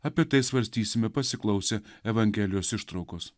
apie tai svarstysime pasiklausę evangelijos ištraukos